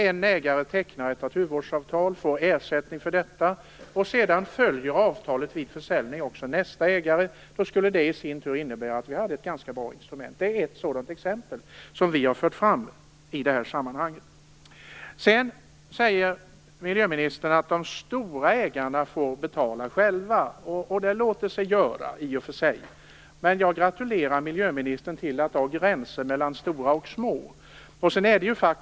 En ägare tecknar ett naturvårdsavtal, får ersättning för detta, och sedan följer avtalet vid försäljning också nästa ägare. Det skulle i sin tur innebära att vi hade ett ganska bra instrument. Det är ett exempel som vi har fört fram i detta sammanhang. Sedan säger miljöministern att de stora ägarna får betala själva. Det låter sig göras, i och för sig. Men jag gratulerar miljöministern till att dra gränser mellan stora och små.